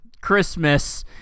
Christmas